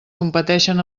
competeixen